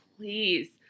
please